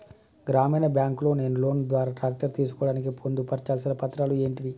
గ్రామీణ బ్యాంక్ లో నేను లోన్ ద్వారా ట్రాక్టర్ తీసుకోవడానికి పొందు పర్చాల్సిన పత్రాలు ఏంటివి?